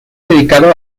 dedicado